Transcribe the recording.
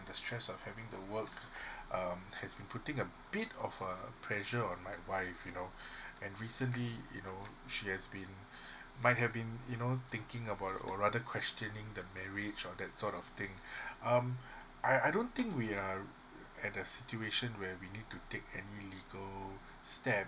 ad the stress of having the work um has been putting a bit of a pressure on my wife you know and recently you know she has been might have been yo know thinking about or rather questioning the marriage that sort of thing um I I don't think we are at the situation where we need to take any legal step